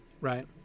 right